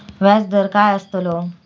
व्याज दर काय आस्तलो?